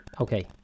Okay